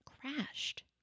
crashed